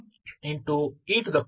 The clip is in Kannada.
ಆದ್ದರಿಂದ u 23C1